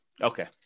Okay